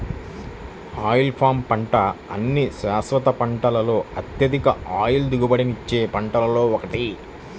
oil palm పంట అన్ని శాశ్వత పంటలలో అత్యధిక ఆయిల్ దిగుబడినిచ్చే పంటలలో ఒకటి